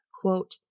Quote